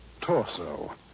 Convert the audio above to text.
torso